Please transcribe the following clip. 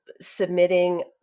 submitting